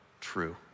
true